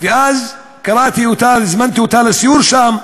ואז הזמנתי אותה לסיור שם,